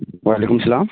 و علیکم السلام